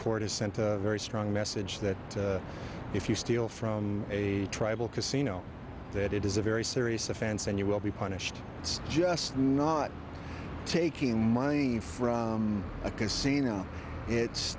court has sent a very strong message that if you steal from a tribal casino it is a very serious offense and you will be punished it's just not taking money from a casino it's